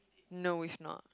no if not